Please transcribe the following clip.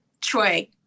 Troy